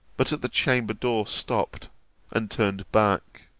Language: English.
but at the chamber-door stopt and turned back